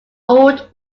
old